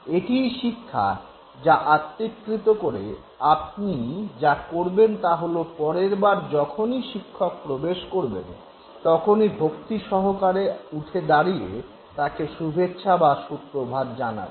এটিই শিক্ষা যা আত্তীকৃত করে আপনি যা করবেন তা হল পরের বার যখনই শিক্ষক প্রবেশ করবেন তখনই ভক্তিসহকারে উঠে দাঁড়িয়ে তাঁকে শুভেচ্ছা বা সুপ্রভাত জানাবেন